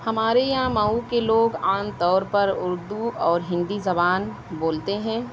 ہمارے یہاں مئو کے لوگ عام طور پر اردو اور ہندی زبان بولتے ہیں